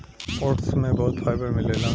oats में बहुत fibre मिलेला